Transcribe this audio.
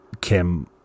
Kim